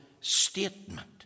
statement